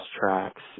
tracks